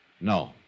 No